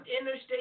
Interstate